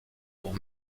pour